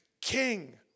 king